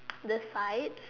the sides